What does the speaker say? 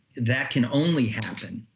that can only happen,